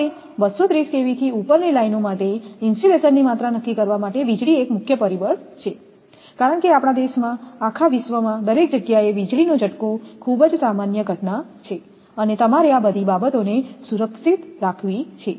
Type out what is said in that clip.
હવે 230 kV થી ઉપરની લાઇનો માટે ઇન્સ્યુલેશનની માત્રા નક્કી કરવા વીજળી એક મુખ્ય પરિબળ છે કારણ કે આપણા દેશમાં આખા વિશ્વમાં દરેક જગ્યાએ વીજળીનો ઝટકો ખૂબ જ સામાન્ય ઘટના છે અને તમારે આ બધી બાબતોને સુરક્ષિત રાખવી છે